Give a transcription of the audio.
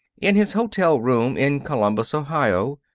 in his hotel room in columbus, ohio,